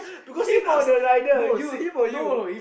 him or the rider you him or you